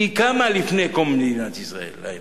כי היא קמה לפני קום מדינת ישראל 100